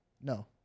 No